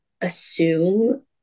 assume